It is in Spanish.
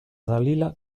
dalila